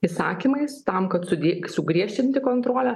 įsakymais tam kad sudė sugriežtinti kontrolę